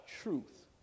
truth